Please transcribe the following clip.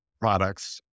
products